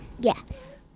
Yes